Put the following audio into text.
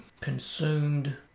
consumed